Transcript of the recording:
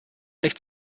nicht